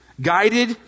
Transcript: guided